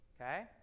okay